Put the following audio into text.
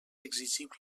exigible